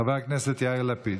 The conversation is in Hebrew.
חבר הכנסת יאיר לפיד,